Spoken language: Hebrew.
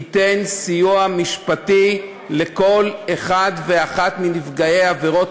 ייתן סיוע משפטי לכל אחד ואחת מנפגעי עבירות